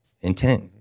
intent